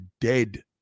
dead